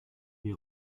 die